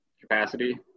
capacity